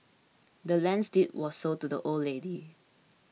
the land's deed was sold to the old lady